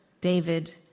David